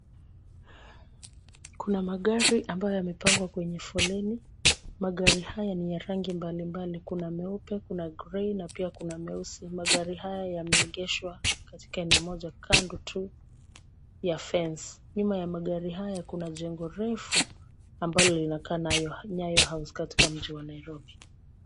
Kuna magari ambayo yamepangwa kwenye foleni, magari haya ni ya rangi mbalimbali. Kuna meupe, kuna grey na pia kuna meusi. Magari haya yameegeshwa katika eneo moja kando tu ya fence . Nyuma ya magari haya kuna jengo refu ambalo linakaa Nyayo House katika mji wa Nairobi.